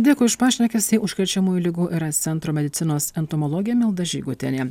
dėkui už pašnekesį užkrečiamųjų ligų ir aids centro medicinos entomologė milda žygutienė